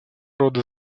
рода